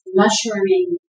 mushrooming